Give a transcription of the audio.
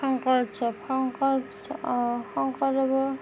শংকৰ উৎসৱ শংকৰ শংকৰদেৱৰ